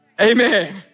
amen